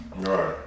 Right